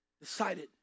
decided